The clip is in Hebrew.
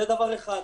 זה דבר אחד.